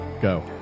go